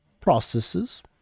processes